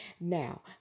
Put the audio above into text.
Now